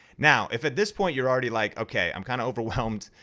now, if at this point you're already like, okay, i'm kind of overwhelmed,